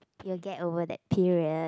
you'll get over that period